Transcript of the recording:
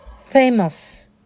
Famous